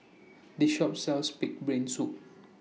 This Shop sells Pig'S Brain Soup